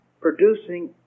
producing